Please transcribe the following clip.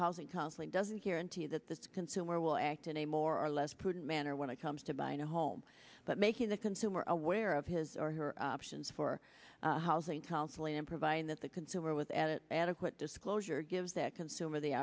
housing counseling doesn't guarantee that the consumer will act in a more or less prudent manner when it comes to buying a home but making the consumer aware of his or her options for housing counseling and providing that the consumer with added adequate disclosure gives that consumer the